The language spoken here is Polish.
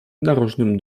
narożnym